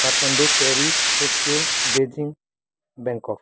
Kathmandu Paris Tokyo Beijing Bangkok